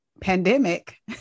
pandemic